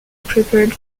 prepared